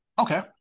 Okay